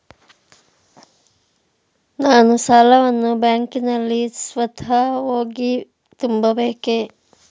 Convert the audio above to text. ನಾನು ಸಾಲವನ್ನು ಬ್ಯಾಂಕಿನಲ್ಲಿ ಸ್ವತಃ ಹೋಗಿ ತುಂಬಬೇಕೇ?